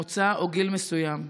מוצא או גיל מסוים.